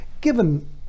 given